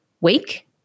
week